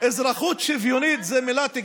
אזרחות שוויונית אלו מילות גנאי?